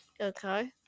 Okay